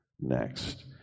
next